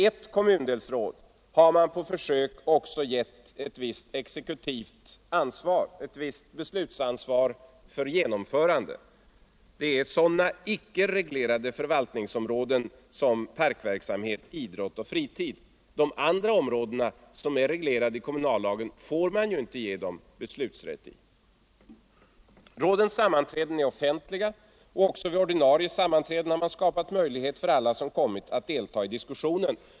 Ett kommundelsråd har man på försök också givit ett visst beslutsansvar för genomförandet. Det gäller sådana icke reglerade förvaltningsområden som parkverksamhet, idrott och fritid. De andra områdena, som är reglerade i kommunallagen, får man inte ge dem beslutsrätt 1 Rådens sammanträden är offentliga. Också vid ordinarie sammanträden har man skapat möjlighet för alla som kommit att delta i diskussionen.